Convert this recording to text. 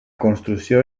construcció